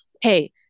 hey